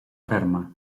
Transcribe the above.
ferma